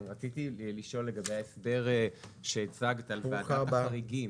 רציתי לשאול לגבי ההסבר שהצגת על ועדת החריגים.